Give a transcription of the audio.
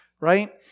right